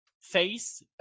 face